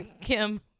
kim